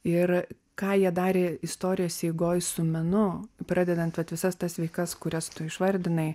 ir ką jie darė istorijos eigoj su menu pradedant vat visas tas veikas kurias tu išvardinai